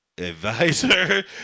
Advisor